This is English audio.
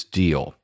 deal